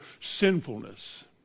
sinfulness